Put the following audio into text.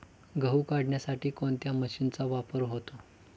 गहू काढण्यासाठी कोणत्या मशीनचा वापर होतो?